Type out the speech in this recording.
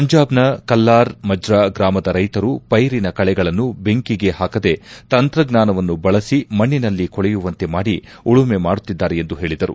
ಪಂಜಾಬ್ನ ಕಲ್ಲಾರ್ ಮಜ್ರಾ ಗ್ರಾಮದ ರೈತರು ಪೈರಿನ ಕಳೆಗಳನ್ನು ಬೆಂಕಿಗೆ ಹಾಕದೇ ತಂತ್ರಜ್ಞಾನವನ್ನು ಬಳಸಿ ಮಣ್ಣೆನಲ್ಲಿ ಕೊಳೆಯುವಂತೆ ಮಾಡಿ ಉಳುಮೆ ಮಾಡುತ್ತಿದ್ದಾರೆ ಎಂದು ಹೇಳಿದರು